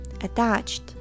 attached